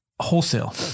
wholesale